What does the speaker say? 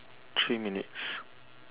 three minutes